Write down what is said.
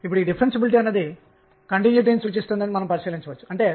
ఇప్పుడు ఈ సందర్భంలో గమనించినట్లయితే